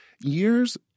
years